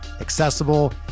accessible